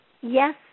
yes